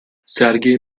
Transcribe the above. sergi